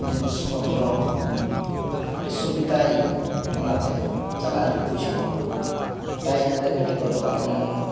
ᱡᱤᱱᱤᱥ ᱯᱚᱛᱨᱚ ᱟᱹᱰᱤ ᱥᱩᱵᱤᱛᱟ ᱤᱧ ᱪᱟᱞᱟᱜ ᱤᱧ ᱵᱩᱡᱷᱟᱹᱣᱟ ᱴᱟᱭᱤᱢ ᱨᱮ ᱜᱟᱹᱜᱤ ᱠᱚᱫᱚ ᱵᱟᱝ ᱧᱟᱢᱚᱜᱼᱟ